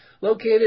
located